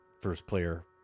first-player